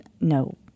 No